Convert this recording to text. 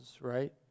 right